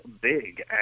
big